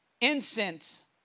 incense